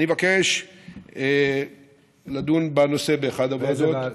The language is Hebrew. אני מבקש לדון בנושא באחת הוועדות.